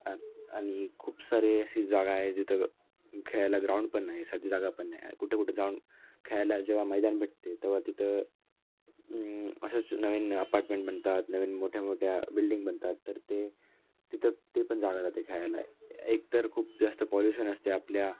आ आणि खूप सारे अशी जागा आहे जिथं खेळायला ग्राउंड पण नाही साधी जागा पण नाही कुठे कुठं जाऊन खेळायला जेव्हा मैदान भेटते तेव्हा तिथं असेच नवीन अपार्टमेंट बनतात नवीन मोठ्या मोठ्या बिल्डिंग बनतात तर ते तिथं ते पण जागा जाते खेळायला एकतर खूप जास्त पॉल्युशन असते आपल्या